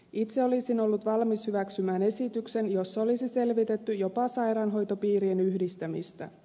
itse olisin ollut valmis hyväksymään esityksen jossa olisi selvitetty jopa sairaanhoitopiirien yhdistämistä